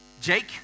Jake